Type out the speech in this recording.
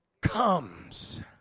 comes